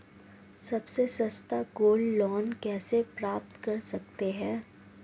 सबसे सस्ता gold loan कैसे प्राप्त कर सकते हैं?